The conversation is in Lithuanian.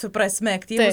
suprasime aktyvūs